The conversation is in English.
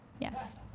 Yes